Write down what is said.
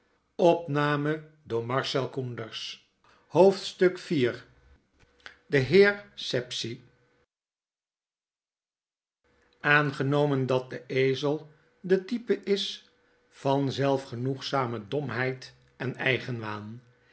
sapsea aangenomen dat de ezel de type is van zelfgenoegzame domheid en eigenwaan